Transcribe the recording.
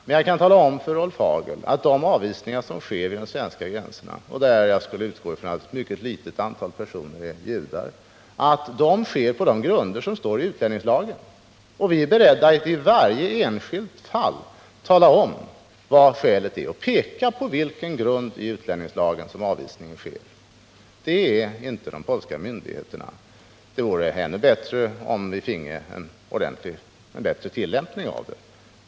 Men jag kan tala om för Rolf Hagel att de avvisningar som sker vid de svenska gränserna, och jag skulle utgå från att ett mycket litet antal av dessa personer är judar, sker på de grunder som står i utlänningslagen. Och vi är beredda att i varje enskilt fall tala om vilket skälet är och peka ut på vilken grund i utlänningslagen som avvisningen sker. Det är inte de polska myndigheterna beredda till. Det vore bra om vi finge en bättre tillämpning av avtalet.